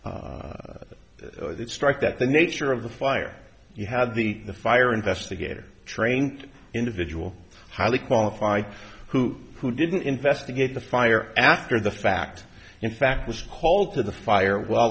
to strike that the nature of the fire you had the fire investigator trained individual highly qualified who who didn't investigate the fire after the fact in fact was called to the fire well